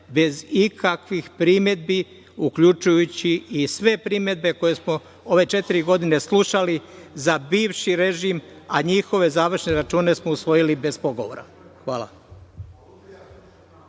bez ikakvih primedbi, uključujući i sve primedbe koje smo ove četiri godine slušali za bivši režim, a njihove završne račune smo usvojili bez pogovora. Hvala.